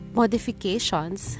modifications